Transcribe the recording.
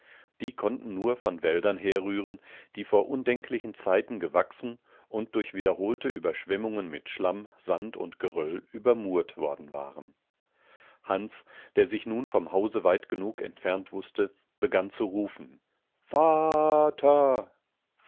die konnten nur von wäldern herrühren die vor undenklichen zeiten gewachsen und durch wiederholte überschwemmungen mit schlamm sand und geröll übermurt worden waren hans der sich nun vom hause weit genug entfernt wußte begann zu rufen